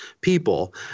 people